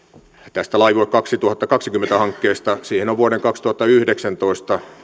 tästä laivue kaksituhattakaksikymmentä hankkeesta siihen on vuoden kaksituhattayhdeksäntoista